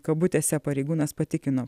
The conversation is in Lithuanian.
kabutėse pareigūnas patikino